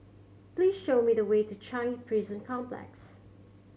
please show me the way to Changi Prison Complex